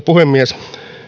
puhemies